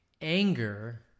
anger